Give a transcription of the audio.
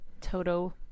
toto